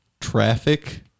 traffic